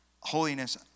holiness